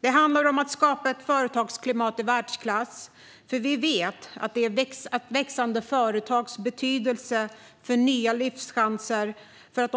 Det handlar även om att skapa ett företagsklimat i världsklass. Vi är medvetna om växande företags betydelse för att nya livschanser